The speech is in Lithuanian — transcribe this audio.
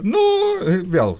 nu vėl